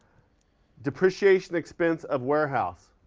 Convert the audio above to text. depreciation expense of warehouse.